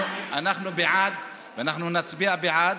אנחנו בעד ואנחנו נצביע בעד,